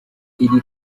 iri